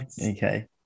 Okay